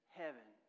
heaven